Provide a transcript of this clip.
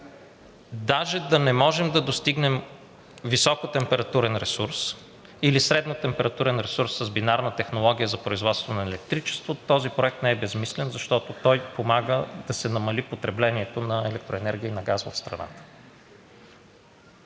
даже да не можем да достигнем високотемпературен ресурс или среднотемпературен ресурс с бинарна технология за производство на електричество, този проект не е безсмислен, защото той помага да се намали потреблението на електроенергия и на газ в страната.